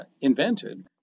invented